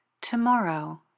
tomorrow